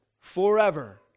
forever